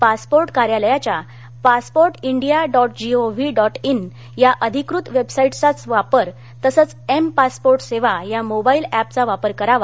passport कार्यालयाच्या passport India dot gov dot in या अधिकृत वेबसाईटचाच तसंच एम पासपोर्ट सेवा या मोबाईल ऍपचा वापर करावा